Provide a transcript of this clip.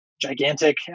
gigantic